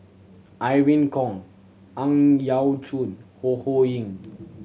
Irene Khong Ang Yau Choon Ho Ho Ying